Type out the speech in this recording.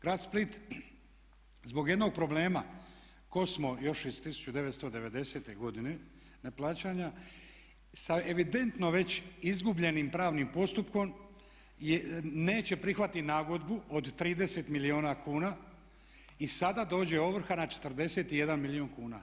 Grad Split zbog jednog problema kojeg smo još iz 1990. godine neplaćanja sa evidentno već izgubljenim pravnim postupkom neće prihvatiti nagodbu od 30 milijuna kuna i sada dođe ovrha na 41 milijun kuna.